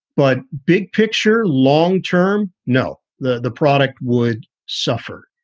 but big picture, long term. no. the the product would suffer.